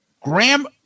Graham